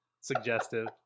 suggestive